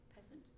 Peasant